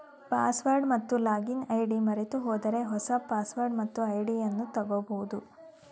password ಮತ್ತು login ID ಮರೆತುಹೋದರೆ ಹೊಸ ಪಾಸ್ವರ್ಡ್ ಮತ್ತು ಐಡಿಯನ್ನು ತಗೋಬೋದು